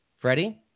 Freddie